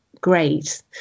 great